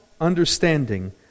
understanding